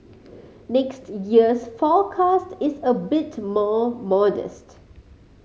next year's forecast is a bit more modest